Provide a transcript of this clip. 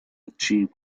achieve